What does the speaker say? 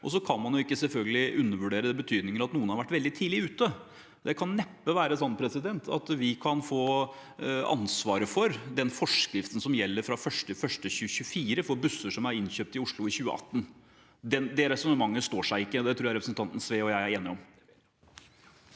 og så kan man selvfølgelig ikke undervurdere betydningen av at noen har vært veldig tidlig ute. Det kan neppe være sånn at vi kan få ansvaret for den forskriften som gjelder fra 1. januar 2024, for busser som er innkjøpt i Oslo i 2018. Det resonnementet står seg ikke, og det tror jeg representanten Sve og jeg er enige om.